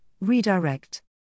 Redirect